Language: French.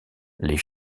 les